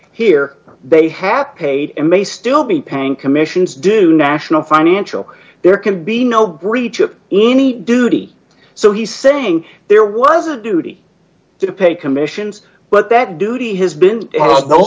here they have a may still be paying commissions do national financial there can be no breach of any duty so he's saying there was a duty to pay commissions but that duty has been no